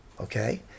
okay